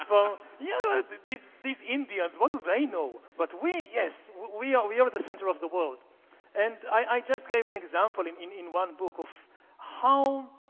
but yeah these these indians, what do they know? but, we, yes, we are we are the center of the world and i just gave an example in in one book of how,